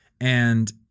And-